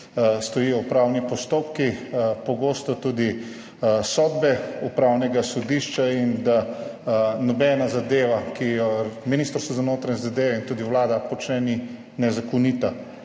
stojijo upravni postopki, pogosto tudi sodbe Upravnega sodišča, in da nobena zadeva, ki jo Ministrstvo za notranje zadeve in tudi Vlada počneta, ni nezakonita.